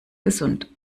gesund